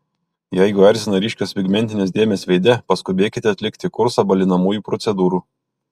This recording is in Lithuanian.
jeigu erzina ryškios pigmentinės dėmės veide paskubėkite atlikti kursą balinamųjų procedūrų